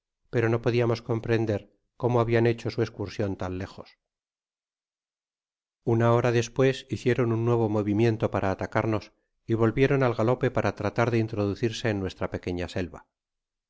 pero no podiamos comprender como habia hecho su escursion tan lejos una hora despues hicieroa un nuevo movimiento para atacarnos y volvieron al galope para tratar de introducirse en nuestra pequeña selva